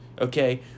Okay